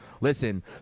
listen